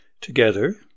together